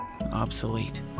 obsolete